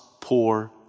poor